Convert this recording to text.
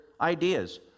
ideas